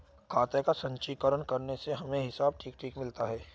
खाते का संचीकरण करने से हमें हिसाब ठीक ठीक मिलता है